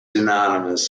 anonymous